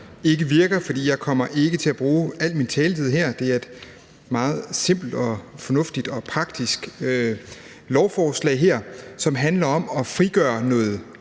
ikke virker, for jeg kommer ikke til at bruge al min taletid her. Det er et meget simpelt og fornuftigt og praktisk lovforslag, som handler om at frigøre noget